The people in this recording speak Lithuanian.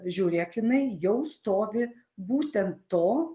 žiūrėk jinai jau stovi būtent to